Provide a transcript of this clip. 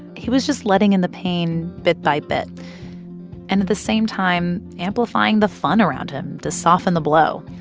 he was just letting in the pain bit by bit and, at the same time, amplifying the fun around him to soften the blow.